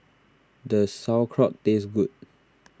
does Sauerkraut taste good